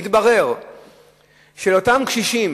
מתברר שלאותם קשישים